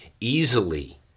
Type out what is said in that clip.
Easily